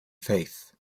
faith